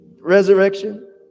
Resurrection